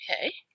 okay